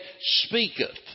speaketh